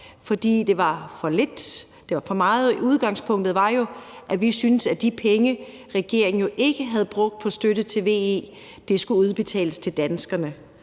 fra det bord, fordi det var for lidt. Udgangspunktet var jo, at vi syntes, at de penge, regeringen ikke havde brugt på støtte til vedvarende energi, skulle udbetales til danskerne.